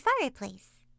fireplace